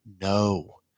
No